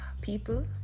people